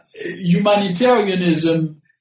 humanitarianism